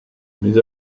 mais